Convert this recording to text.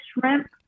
shrimp